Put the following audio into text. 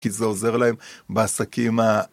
כי זה עוזר להם בעסקים ה...